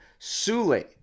Sule